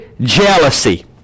jealousy